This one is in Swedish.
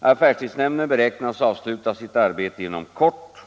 Affärstidsnämnden beräknas avsluta sitt arbete inom kort.